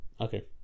Okay